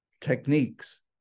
techniques